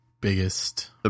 biggest